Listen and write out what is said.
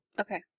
Okay